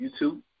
YouTube